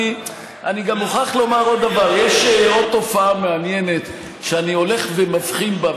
אני גם מוכרח לומר עוד דבר: יש עוד תופעה מעניינת שאני הולך ומבחין בה,